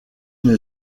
une